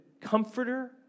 comforter